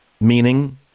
Meaning